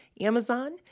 Amazon